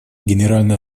генеральная